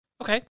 Okay